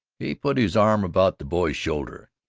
he put his arm about the boy's shoulder.